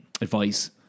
advice